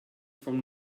from